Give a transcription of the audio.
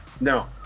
No